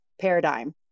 paradigm